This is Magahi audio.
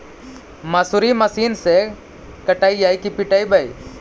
मसुरी मशिन से कटइयै कि पिटबै?